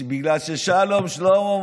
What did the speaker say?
בגלל ששלום שלמה,